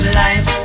life